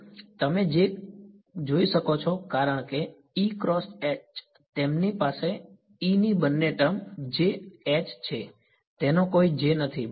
તમે તે જોઈ શકો છો કારણ કે તેમની પાસે ની બંને ટર્મ છે તેનો કોઈ નથી બરાબર